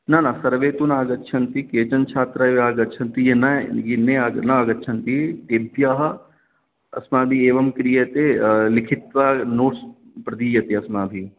न न सर्वे तु न आगच्छन्ति केचन छात्रा एव आगच्छन्ति ये नै ये ने न आगच्छन्ति तेभ्यः अस्माभिः एवं क्रियते लिखित्वा नोट्स् प्रदीयते अस्माभिः